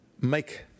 make